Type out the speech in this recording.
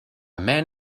man